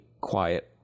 quiet